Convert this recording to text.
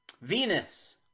Venus